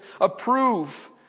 approve